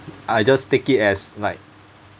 I just take it as like